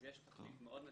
אז יש תוכנית מאוד מסיבית,